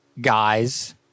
Guys